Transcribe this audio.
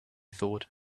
thought